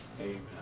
Amen